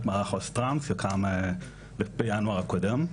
מערך עו"ס טרנס שקם בחודש ינואר הקודם.